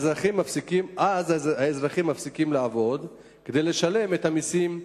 ואז האזרחים מפסיקים לעבוד כדי לשלם את המסים.